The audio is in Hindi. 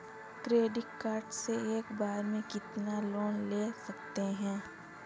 क्रेडिट कार्ड से एक बार में कितना लोन ले सकते हैं?